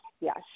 yes